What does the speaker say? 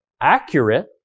accurate